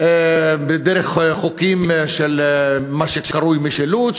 דרך חוקים של מה שקרוי משילות,